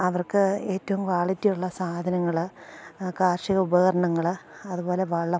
അവർക്ക് ഏറ്റവും ക്വാളിറ്റിയുള്ള സാധനങ്ങൾ കാർഷിക ഉപകരണങ്ങൾ അതു പോലെ വളം